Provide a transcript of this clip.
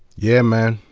yeah, man.